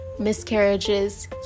miscarriages